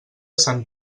sant